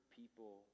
people